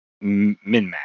min-max